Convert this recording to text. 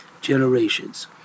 generations